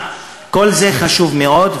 כל זה חשוב מאוד,